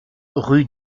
rue